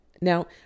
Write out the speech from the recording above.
Now